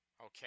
okay